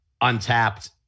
untapped